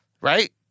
Right